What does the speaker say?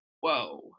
whoa